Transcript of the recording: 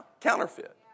counterfeit